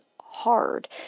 hard